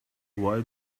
why